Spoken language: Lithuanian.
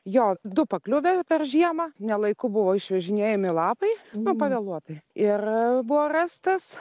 jo du pakliuvę per žiemą nelaiku buvo išvežinėjami lapai nu pavėluotai ir buvo rastas